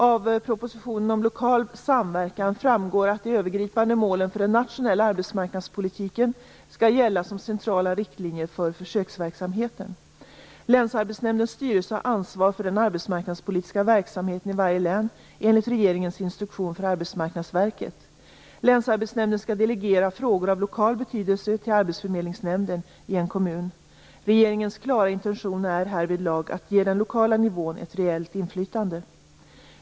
Av propositionen om lokal samverkan framgår att de övergripande målen för den nationella arbetsmarknadspolitiken skall gälla som centrala riktlinjer för försöksverksamheten. Länsarbetsnämndens styrelse har ansvaret för den arbetsmarknadspolitiska verksamheten i varje län, enligt regeringens instruktion för Arbetsmarknadsverket. Länsarbetsnämnden skall delegera frågor av lokal betydelse till arbetsförmedlingsnämnden i en kommun. Regeringens klara intention är härvidlag att ge den lokala nivån ett reellt inflytande.